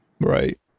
right